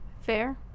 Fair